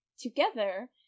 Together